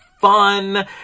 fun